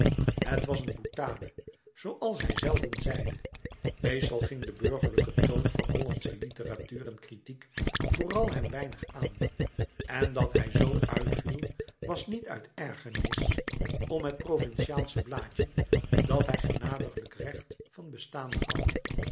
het was een boutade zooals hij zelden zeide meestal ging de burgerlijke toon van hollandsche litteratuur en kritiek vooral hem weinig aan en dat hij zoo uitviel was niet uit ergernis om het louis couperus metamorfoze provinciaalsche blaadje dat hij genadiglijk recht van bestaan gaf